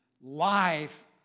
life